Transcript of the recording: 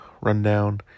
rundown